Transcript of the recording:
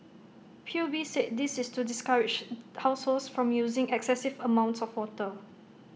P U B said this is to discourage households from using excessive amounts of water